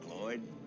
Lloyd